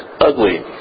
ugly